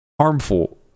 harmful